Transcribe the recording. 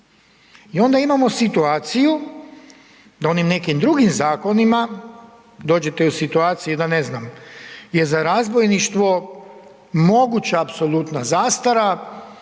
I onda imamo situaciju da onim nekim drugim zakonima dođete u situaciju da ne znam je za razbojništvo moguća apsolutna zastara